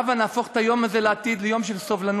אלוהים הוא אחד, שמו שלום.